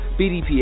BDPA